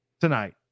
tonight